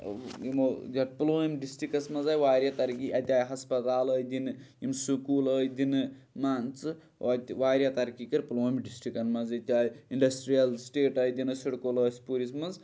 یِمو یَتھ پُلوٲم ڈِسٹِرٛکَس منٛز آے واریاہ ترقی اَتہِ آے ہَسپَتال آے دِنہٕ یِم سکوٗل آے دِنہٕ مان ژٕ اَتہِ واریاہ ترقی کٔر پُلووم ڈِسٹِرٛکَن منٛزٕے ییٚتہِ آے اِنڈَسٹِرٛیَل سٹیٹ آے دِنہٕ سِڈکو لٲسپوٗرِس منٛز